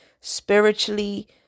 spiritually